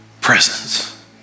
presence